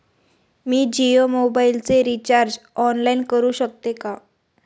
मी Jio मोबाइलचे recharge online करू शकते का?